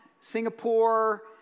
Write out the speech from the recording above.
Singapore